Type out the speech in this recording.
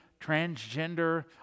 transgender